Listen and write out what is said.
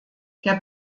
der